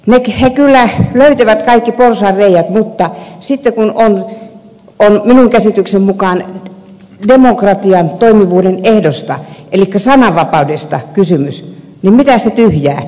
he kyllä löytävät kaikki porsaanreiät mutta sitten kun on minun käsitykseni mukaan demokratian toimivuuden ehdosta elikkä sananvapaudesta kysymys niin mitä sitä tyhjää